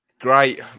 Great